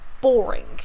boring